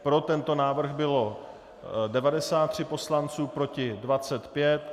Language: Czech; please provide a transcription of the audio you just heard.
Pro tento návrh bylo 93 poslanců , proti 25.